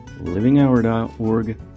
livinghour.org